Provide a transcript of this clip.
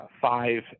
five